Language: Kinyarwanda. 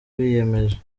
biyemeje